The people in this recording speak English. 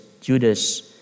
Judas